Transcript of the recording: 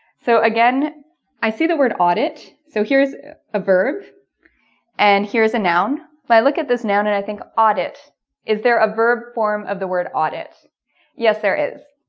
so again i see the word audit so here's a verb and here's a noun but i look at this now and i think audit is there a verb form of the word audit yes there is